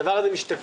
הדבר הזה משתקף,